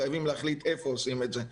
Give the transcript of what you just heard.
חייבים להחליט איפה עושים את זה.